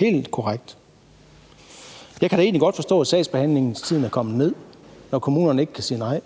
helt korrekt. Jeg kan egentlig godt forstå, at sagsbehandlingstiden er kommet ned, når kommunerne ikke kan sige nej;